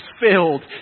filled